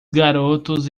garotos